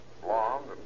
blonde